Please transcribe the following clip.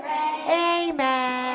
Amen